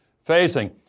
facing